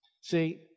See